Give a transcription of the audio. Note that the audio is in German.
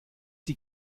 die